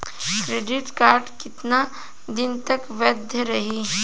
Credit card कितना दिन तक वैध रही?